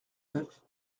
neuf